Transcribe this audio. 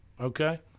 okay